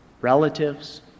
relatives